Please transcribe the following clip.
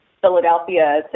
Philadelphia